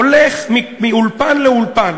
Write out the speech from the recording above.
הולך מאולפן לאולפן